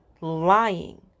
lying